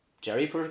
Jerry